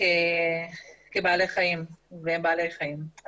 כבעלי חיים והם בעלי חיים.